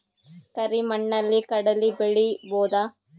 ಕರಿ ಮಣ್ಣಲಿ ಕಡಲಿ ಬೆಳಿ ಬೋದ?